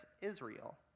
Israel